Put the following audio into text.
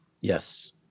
Yes